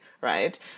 right